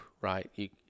right